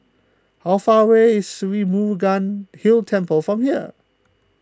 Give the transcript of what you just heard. how far away is Sri Murugan Hill Temple from here